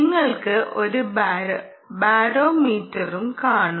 നിങ്ങൾക്ക് ഒരു ബാരോമീറ്ററും കാണും